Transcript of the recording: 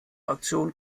aktion